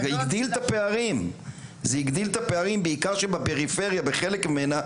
זה הגדיל את הפערים, בעיקר שבפריפריה, בחלק ממנה,